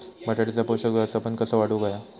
बटाट्याचा पोषक व्यवस्थापन कसा वाढवुक होया?